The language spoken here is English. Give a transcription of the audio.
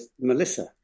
Melissa